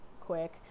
quick